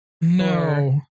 No